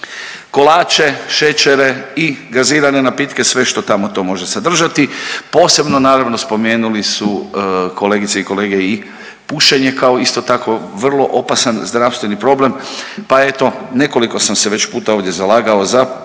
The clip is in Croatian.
kolače, šećere i gazirane napitke i sve što tamo to može sadržati, posebno naravno spomenuli su kolegice i kolege i pušenje kao isto tako vrlo opasan zdravstveni problem, pa eto nekoliko sam se već puta ovdje zalagao za